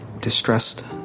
distressed